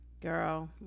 Girl